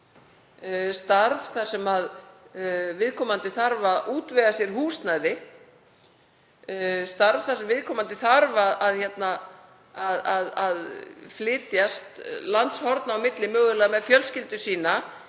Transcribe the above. starf þar sem viðkomandi þarf að útvega sér húsnæði, starf þar sem viðkomandi þarf að flytjast landshorna á milli, mögulega með fjölskyldu sína,